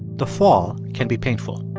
the fall can be painful.